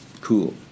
Cool